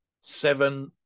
seven